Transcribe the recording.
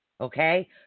okay